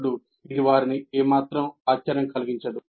అప్పుడు ఇది వారిని ఏమాత్రం ఆశ్చర్యం కలిగించదు